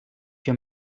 your